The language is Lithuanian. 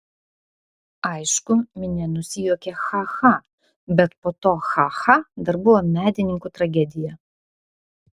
aišku minia nusijuokė cha cha bet po to cha cha dar buvo medininkų tragedija